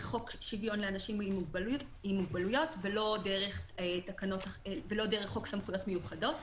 חוק שוויון לאנשים עם מוגבלויות ולא דרך חוק סמכויות מיוחדות.